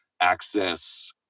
access